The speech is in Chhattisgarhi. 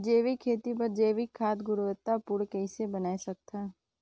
जैविक खेती बर जैविक खाद गुणवत्ता पूर्ण कइसे बनाय सकत हैं?